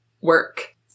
work